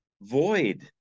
void